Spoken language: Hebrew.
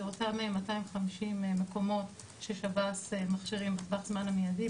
זה אותם 250 מקומות ששב"ס מכשירים בטווח הזמן המיידי.